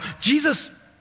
Jesus